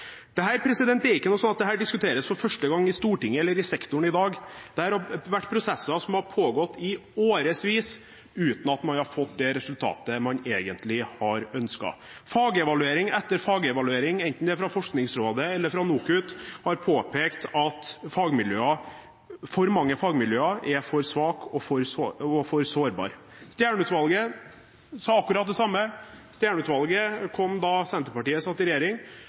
Det er ikke slik at dette diskuteres for første gang i Stortinget eller i sektoren i dag. Det har vært prosesser som har pågått i årevis, uten at man har fått det resultatet man egentlig har ønsket. Fagevaluering etter fagevaluering, enten det er fra Forskningsrådet eller fra NOKUT, har påpekt at for mange fagmiljøer er for svake og for sårbare. Stjernø-utvalget sa akkurat det samme. Stjernø-utvalget kom da Senterpartiet satt i regjering.